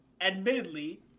admittedly